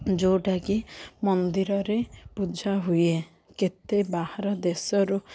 ଯେଉଁଟାକି ମନ୍ଦିରରେ ପୂଜା ହୁଏ କେତେ ବାହାର ଦେଶରୁ